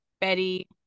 Betty